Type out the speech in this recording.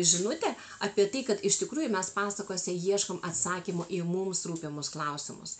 žinutė apie tai kad iš tikrųjų mes pasakose ieškom atsakymo į mums rūpimus klausimus